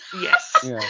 yes